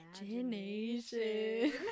imagination